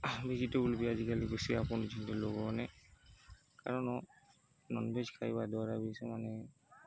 vegetable ବି ଆଜିକାଲି ଲୋକମାନେ କାରଣ ନନଭେଜ୍ ଖାଇବା ଦ୍ୱାରା ବି ସେମାନେ